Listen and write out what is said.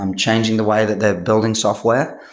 um changing the way that they're building software.